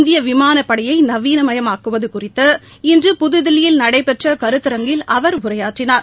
இந்தியவிமானப்படையைநவீனமயமாக்குவதுகுறித்து இன்று புதுதில்லியில் நடைபெற்றகருத்தரங்கில் அவர் உரையாற்றினார்